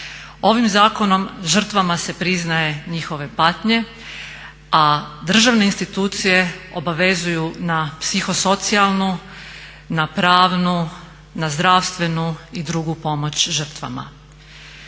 Ovim zakonom žrtvama se priznaje njihove patnje, a državne institucije obvezuju na psiho-socijalnu, na pravnu, na zdravstvenu i drugu pomoć žrtvama.